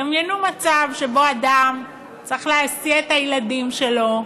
דמיינו מצב שבו אדם צריך להסיע את הילדים שלו,